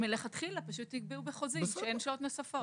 מלכתחילה פשוט תקבעו בחוזים שאין שעות נוספות.